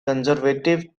conservative